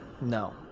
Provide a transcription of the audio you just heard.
no